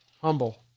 Humble